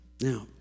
Now